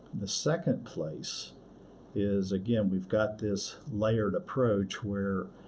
the second place is, again, we've got this layered approach where